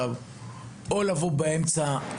בין אם עכשיו ובין אם בהמשך היום,